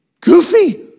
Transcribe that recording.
goofy